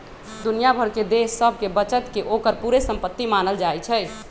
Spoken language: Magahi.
दुनिया भर के देश सभके बचत के ओकर पूरे संपति मानल जाइ छइ